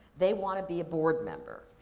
they wanna be a board member.